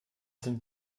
sind